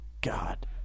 God